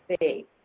see